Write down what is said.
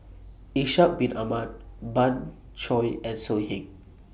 Ishak Bin Ahmad Pan Shou and So Heng